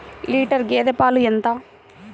Litre గేదె పాలు ఎంత?